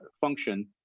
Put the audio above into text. function